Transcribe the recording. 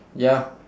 ya